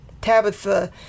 tabitha